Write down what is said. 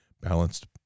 balanced